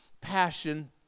passion